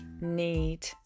need